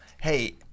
Hey